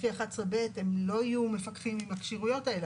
11(ב) הם לא יהיו מפקחים עם הכשירויות האלה,